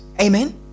Amen